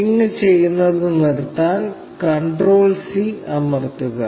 ping ചെയ്യുന്നത് നിർത്താൻ control C അമർത്തുക